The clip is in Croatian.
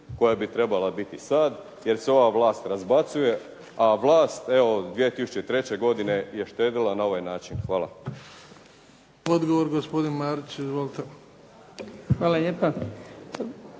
koja bi trebala biti sad, jer se ova vlast razbacuje, a vlast evo 2003. godine je štedila na ovaj način. Hvala. **Bebić, Luka (HDZ)** Odgovor, gospodin Marić. Izvolite. **Marić,